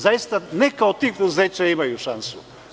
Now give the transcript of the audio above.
Zaista, neka od tih preduzeća imaju šansu.